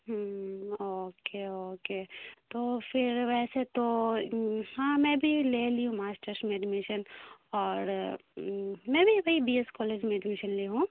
ہوں okay okay تو پھر ویسے تو ہاں میں بھی لے لی ہوں ماسٹرس میں ایڈمیشن اور میں بھی وہی بی ایس کالج میں ایڈمیشن لی ہوں